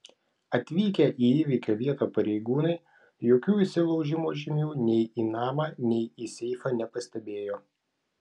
atvykę į įvykio vietą pareigūnai jokių įsilaužimo žymių nei į namą nei į seifą nepastebėjo